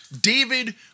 David